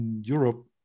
Europe